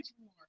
more